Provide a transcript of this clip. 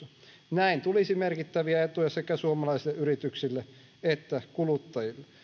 näin tulisi merkittäviä etuja sekä suomalaisille yrityksille että kuluttajille